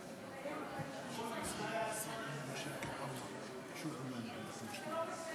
חבר הכנסת עיסאווי פריג'.